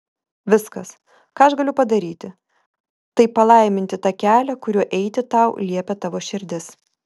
viskas ką aš galiu padaryti tai palaiminti tą kelią kuriuo eiti tau liepia tavo širdis